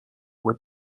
with